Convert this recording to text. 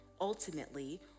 Ultimately